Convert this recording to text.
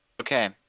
Okay